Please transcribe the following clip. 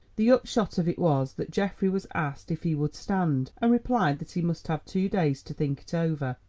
the upshot of it was that geoffrey was asked if he would stand, and replied that he must have two days to think it over.